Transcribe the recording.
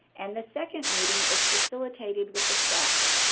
and the second meeting is facilitated with the staff.